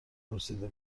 پرسیده